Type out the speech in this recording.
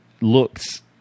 looks